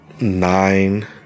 nine